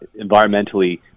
environmentally